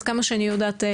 עד כמה שאני יודעת.